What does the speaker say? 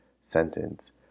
sentence